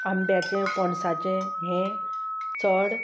आंब्याचें पणसाचें हें चड